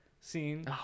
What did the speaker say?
scene